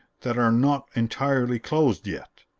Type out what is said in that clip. that are not entirely closed yet.